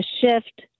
shift